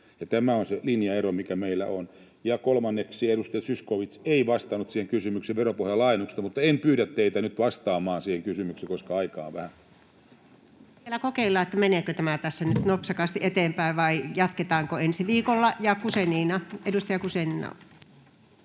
Tämä on se linjaero, mikä meillä on. Ja kolmanneksi: edustaja Zyskowicz ei vastannut siihen kysymykseen veropohjan laajennuksesta, mutta en pyydä teitä nyt vastaamaan siihen kysymykseen, koska aikaa on vähän. Voidaan vielä kokeilla, meneekö tämä tässä nyt nopsakasti eteenpäin vai jatketaanko ensi viikolla. — Edustaja Guzenina.